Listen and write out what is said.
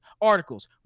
articles